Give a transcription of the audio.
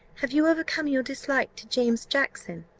have you overcome your dislike to james jackson?